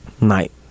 Night